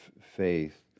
faith